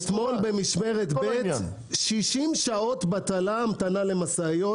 אתמול במשמרת ב' 60 שעות בטלה המתנה למשאיות,